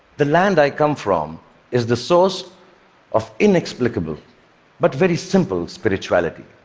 the land i come from is the source of inexplicable but very simple spirituality.